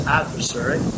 adversary